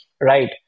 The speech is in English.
right